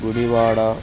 Gudivada